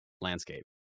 landscape